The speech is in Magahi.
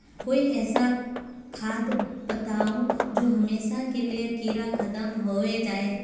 कोई ऐसा खाद बताउ जो हमेशा के लिए कीड़ा खतम होबे जाए?